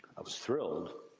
i was thrilled,